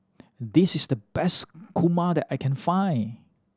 this is the best kurma that I can find